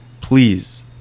please